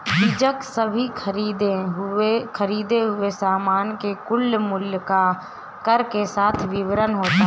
बीजक सभी खरीदें हुए सामान के कुल मूल्य का कर के साथ विवरण होता है